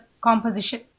composition